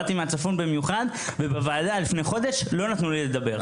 באתי מהצפון במיוחד ובוועדה לפני חודש לא נתנו לי לדבר.